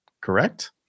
correct